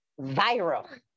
viral